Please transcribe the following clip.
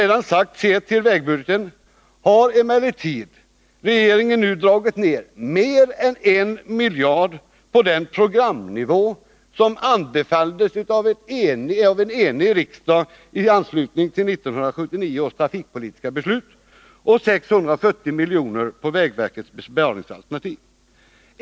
Om man ser till vägbudgeten har emellertid regeringen, som jag redan sagt, nu dragit ner den med mer än 1 miljard av den programnivå som anbefalldes av en enig riksdag i anslutning till 1979 års trafikpolitiska beslut och med 640 miljoner på vägverkets besparingsalternativ.